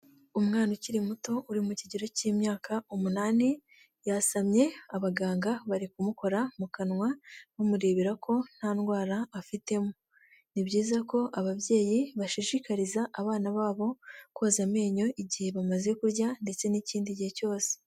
Umwana ukiri muto uri mu kigero cy'imyaka umunani yasamye abaganga bari kumukora mu kanwa bamurebera ko nta ndwara afitemo, ni byiza ko ababyeyi bashishikariza abana babo koza amenyo igihe bamaze kurya ndetse n'ikindi gihe cyose.